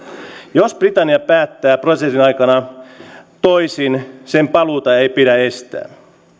jos britannia päättää prosessin aikana toisin sen paluuta ei pidä estää